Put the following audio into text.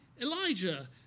Elijah